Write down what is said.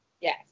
Yes